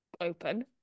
open